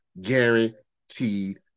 guaranteed